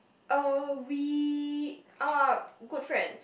uh we are good friends